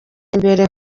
imbere